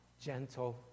gentle